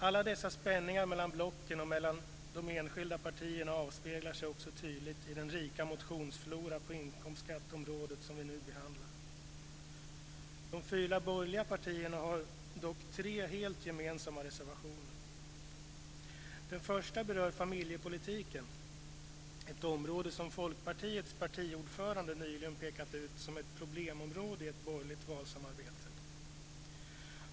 Alla dessa spänningar mellan blocken och mellan de enskilda partierna avspeglar sig också tydligt i den rika motionsflora på inkomstskatteområdet som vi nu behandlar. De fyra borgerliga partierna har dock tre helt gemensamma reservationer. Den första berör familjepolitiken, ett område som Folkpartiets partiordförande nyligen pekat ut som ett problemområde i ett borgerligt valsamarbete.